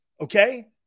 Okay